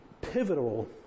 pivotal